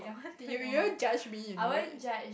you you judge me you know